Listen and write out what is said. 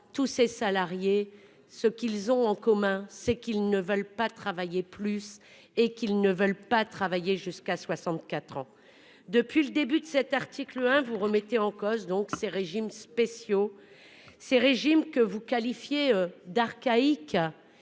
tous ses salariés ce qu'ils ont en commun c'est qu'ils ne veulent pas travailler plus et qu'ils ne veulent pas travailler jusqu'à 64 ans. Depuis le début de cet article, hein, vous remettez en cause donc ces régimes spéciaux. Ces régimes que vous qualifiez d'archaïque